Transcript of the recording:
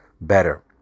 better